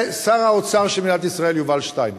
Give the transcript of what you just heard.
לשר האוצר של מדינת ישראל יובל שטייניץ.